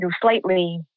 slightly